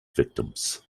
victims